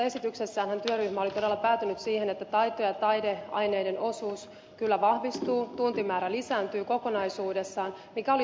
tuossa esityksessäänhän työryhmä oli todella päätynyt siihen että taito ja taideaineiden osuus kyllä vahvistuu tuntimäärä lisääntyy kokonaisuudessaan mikä oli toivottavaa